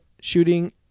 shooting